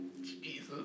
Jesus